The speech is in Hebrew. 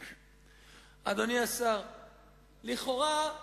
הסדרת הפעילות של המרכז לגביית קנסות,